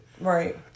Right